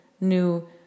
new